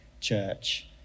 church